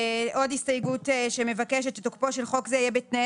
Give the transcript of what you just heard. עוד הסתייגות שמבקשת שתוקפו של חוק זה יהיה בתנאי